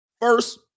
first